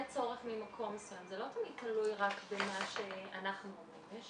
צורך ממקום מסוים זה לא תמיד תלוי רק במה שאנחנו אומרים,